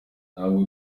ntabwo